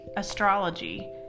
astrology